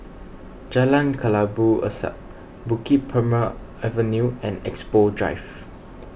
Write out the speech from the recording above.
Jalan Kelabu Asap Bukit Purmei Avenue and Expo Drive